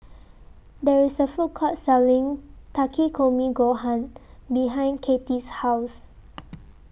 There IS A Food Court Selling Takikomi Gohan behind Kathi's House